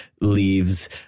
leaves